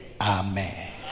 Amen